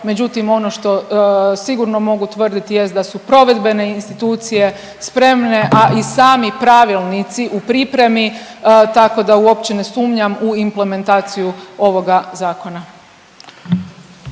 međutim, ono što sigurno mogu tvrditi jest da su provedbene institucije spremne, a i sami pravilnici u pripremi, tako da uopće ne sumnjam u implementaciju ovoga Zakona.